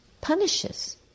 punishes